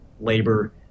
labor